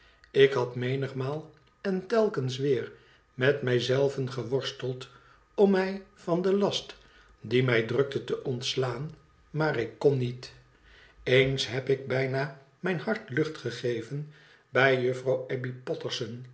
ik had menigmaal en telkens weer met mij zelven geworsteld om mij van den last die mi drukte te ontslaan maar ik kon niet eens heb ik bijna mijn hart lucht gegeven bij juffrouw